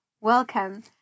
Welcome